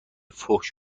فحش